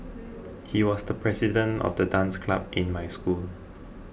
he was the president of the dance club in my school